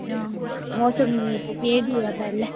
मौसम केह् जेहा पैह्लें